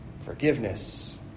forgiveness